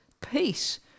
peace